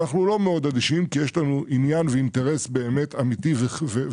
אבל אנחנו לא מאוד אדישים כי יש לנו עניין ואינטרס אמיתי שהרשויות